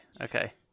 okay